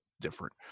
different